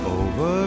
over